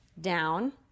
down